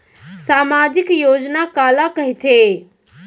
सामाजिक योजना काला कहिथे?